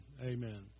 Amen